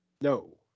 No